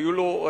היו לו,